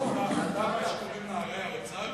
אתה מתכוון לנערי האוצר?